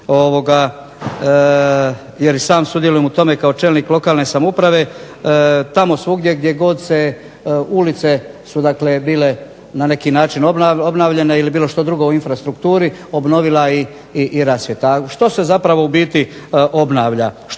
jer i sam sudjelujem u tome kao čelnik lokalne samouprave, tamo svugdje gdje god su ulice bile na neki način obnavljane ili bilo što drugo u infrastrukturi obnovila i rasvjeta. Što se zapravo u biti obnavlja,